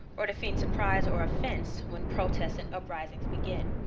or to feign surprise or offense when protests and uprisings begin.